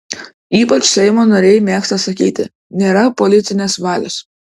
ypač seimo nariai mėgsta sakyti nėra politinės valios